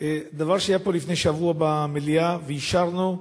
דבר שהיה פה לפני שבוע במליאה ואישרנו,